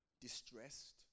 distressed